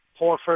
Horford